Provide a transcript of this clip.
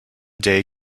day